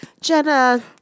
jenna